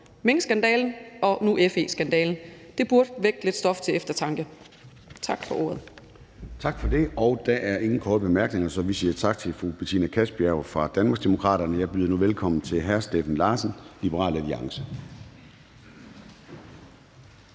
minkskandalen og nu FE-skandalen. Det burde vække lidt stof til eftertanke. Tak for ordet. Kl. 14:14 Formanden (Søren Gade): Tak for det. Der er ingen korte bemærkninger, så vi siger tak til fru Betina Kastbjerg fra Danmarksdemokraterne. Jeg byder nu velkommen til hr. Steffen Larsen, Liberal Alliance.